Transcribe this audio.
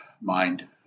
mind